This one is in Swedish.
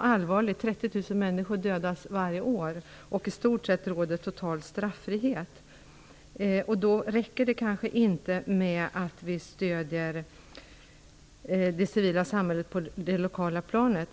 allvarlig. 30 000 människor dödas varje år, och i stort sett råder total straffrihet. Då räcker det kanske inte med att vi stöder det civila samhället på det lokala planet.